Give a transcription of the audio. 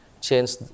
change